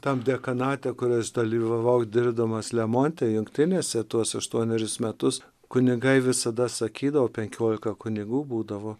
tam dekanate kur aš dalyvavau dirbdamas lemonte jungtinėse tuos aštuonerius metus kunigai visada sakydavo penkiolika kunigų būdavo